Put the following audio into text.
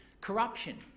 corruption